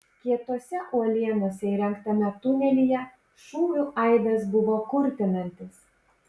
kietose uolienose įrengtame tunelyje šūvių aidas buvo kurtinantis